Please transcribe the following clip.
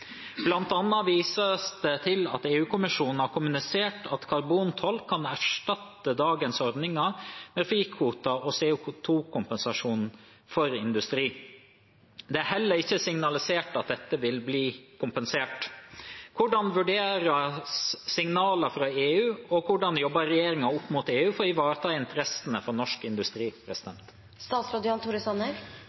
vises det til at EU-kommisjonen har kommunisert at karbontoll kan erstatte dagens ordninger med frikvoter og CO 2 -kompensasjon for industri. Det er heller ikke signalisert at dette vil bli kompensert. Hvordan vurderes signalene fra EU, og hvordan jobber regjeringen opp mot EU for å ivareta interessene til norsk industri?»